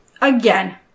again